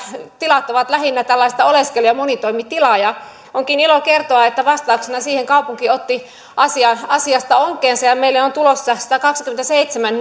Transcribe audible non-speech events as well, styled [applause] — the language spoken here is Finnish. tilat ovat lähinnä tällaista oleskelu ja monitoimitilaa onkin ilo kertoa että vastauksena siihen kaupunki otti asiasta onkeensa ja meille on tulossa peräti satakaksikymmentäseitsemän [unintelligible]